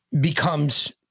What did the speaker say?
becomes